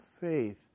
faith